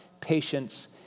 patience